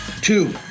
Two